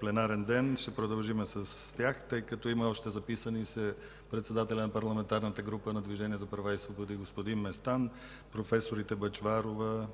пленарен ден ще продължим с тях, тъй като има още записали се. Председателят на Парламентарната група на Движението за права и свободи господин Местан, професорите Бъчварова,